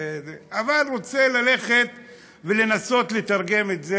אבל אני רוצה לנסות לתרגם את זה,